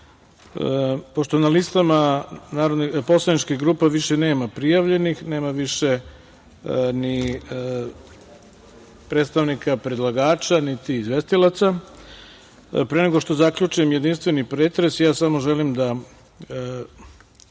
na listama poslaničkih grupa više nema prijavljenih, nema više ni predstavnika predlagača, niti izvestilaca, pre nego što zaključim jedinstveni pretres, samo želim da